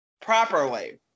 properly